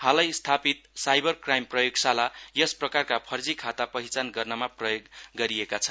हालै स्थापित cyber crime प्रयोगशाला यस प्रकारका फर्जी खाता पहिचान गर्नमा प्रयोग गरिएका छन्